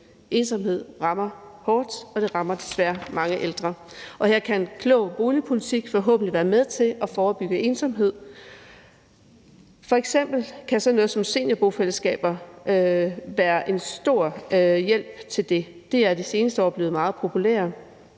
Ensomhed rammer hårdt, og det rammer desværre mange ældre. Og her kan en klog boligpolitik forhåbentlig være med til at forebygge ensomhed. F.eks. kan sådan noget som seniorbofællesskaber være en stor hjælp til det. De er i de seneste år blevet meget populære.